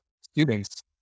students